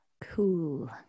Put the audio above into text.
Cool